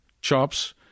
chops